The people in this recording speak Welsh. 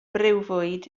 briwfwyd